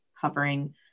covering